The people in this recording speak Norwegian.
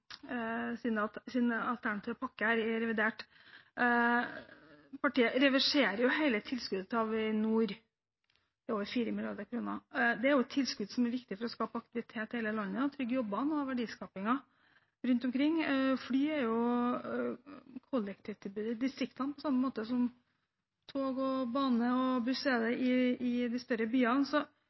revidert: Partiet reverserer hele tilskuddet til Avinor – over 4 mrd. kr. Det er et tilskudd som er viktig for å skape aktivitet i hele landet, for å trygge jobbene og verdiskapingen rundt omkring. Fly er kollektivtilbudet i distriktene på samme måte som tog, bane og buss er det i de større byene. Hvorfor er MDG så